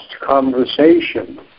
conversation